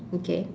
okay